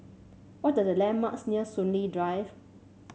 what are the landmarks near Soon Lee Drive